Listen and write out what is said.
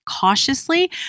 cautiously